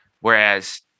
Whereas